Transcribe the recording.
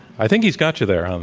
i think he's got you there. um